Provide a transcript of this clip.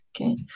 okay